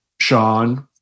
Sean